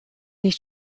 nicht